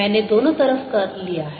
मैंने दोनों तरफ कर्ल लिया है